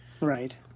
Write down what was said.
Right